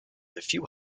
few